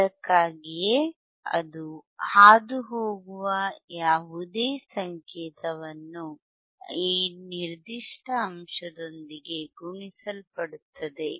ಅದಕ್ಕಾಗಿಯೇ ಅದು ಹಾದುಹೋಗುವ ಯಾವುದೇ ಸಂಕೇತವನ್ನು ಈ ನಿರ್ದಿಷ್ಟ ಅಂಶದೊಂದಿಗೆ ಗುಣಿಸಲ್ಪಡುತ್ತಿದೆ